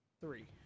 three